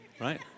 right